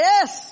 Yes